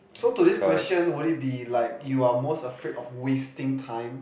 so to this question will it be like you are most afraid of wasting time